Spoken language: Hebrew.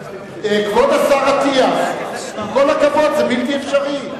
כבוד השר אטיאס, עם כל הכבוד, זה בלתי אפשרי.